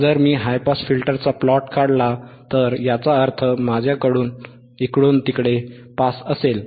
जर मी high pass फिल्टरचा प्लॉट काढला तर याचा अर्थ माझ्याकडे इकडून तिकडे पास असेल